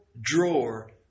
drawer